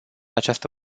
această